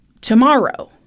tomorrow